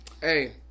Hey